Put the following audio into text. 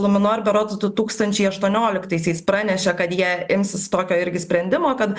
luminor berods du tūkstančiai aštuonioliktaisiais pranešė kad jie imsis tokio irgi sprendimo kad